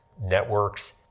networks